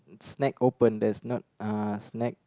snack open there's not uh snack